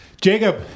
Jacob